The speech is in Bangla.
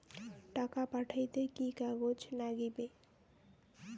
টাকা পাঠাইতে কি কাগজ নাগীবে?